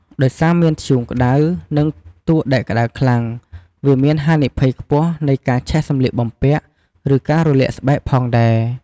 ដោយសារមានធ្យូងក្តៅ និងតួដែកក្តៅខ្លាំង វាមានហានិភ័យខ្ពស់នៃការឆេះសម្លៀកបំពាក់ ឬការរលាកស្បែកផងដែរ។